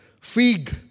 fig